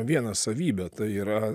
vieną savybę tai yra